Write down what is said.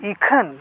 ᱤᱠᱷᱟᱹᱱ